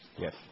Yes